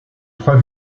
trois